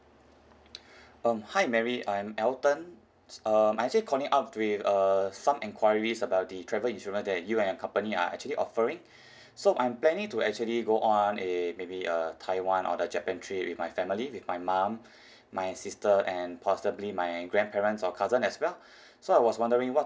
um hi mary I'm elton um I'm actually calling up with uh some enquiries about the travel insurance that you and your company are actually offering so I'm planning to actually go on a maybe a taiwan or the japan trip with my family with my mum my sister and possibly my grandparents or cousin as well so I was wondering what